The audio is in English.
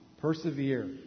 persevere